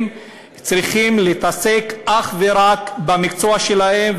הם צריכים להתעסק אך ורק במקצוע שלהם,